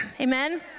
Amen